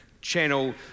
channel